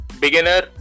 beginner